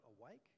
awake